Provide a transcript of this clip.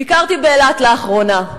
ביקרתי באילת לאחרונה.